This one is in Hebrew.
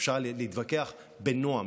אפשר להתווכח בנועם,